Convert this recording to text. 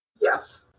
Yes